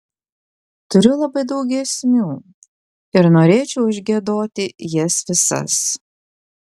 turiu labai daug giesmių ir norėčiau išgiedoti jas visas